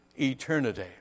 eternity